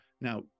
Now